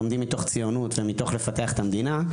לומדים מתוך ציונות ומתוך לפתח את המדינה,